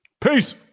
Peace